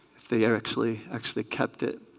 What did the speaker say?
if they are actually actually kept it